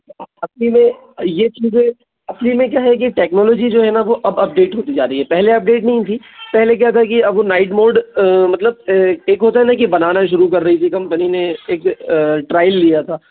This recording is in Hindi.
असली में ये चीज़ें असली में क्या है टेक्नोलॉजी जो है ना वो अब अपडेट होती जा रही है पहले अपडेट नहीं हुई थी पहले क्या था कि अब वो नाईट मोड मतलब एक होता है ना कि बनाना शुरू कर रहे हैं कंपनी ने एक ट्राई लिया था